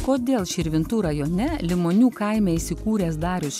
kodėl širvintų rajone limonių kaime įsikūręs darius